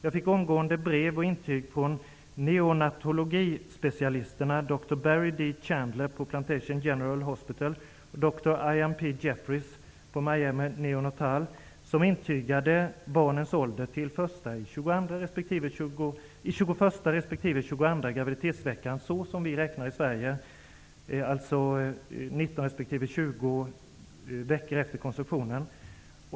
Jag fick omgående brev och intyg från neonatologispecialisterna dr Barry D. Chandler på Plantation General Hospital och från dr Ian P. Jeffries på Miami Neonatal som visade att barnen var födda i 21:a respektive 22:a graviditetsveckan enligt vårt sätt att räkna i Sverige, dvs. 19 respektive 20 veckor efter konceptionen.